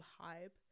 Hype